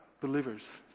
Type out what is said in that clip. believers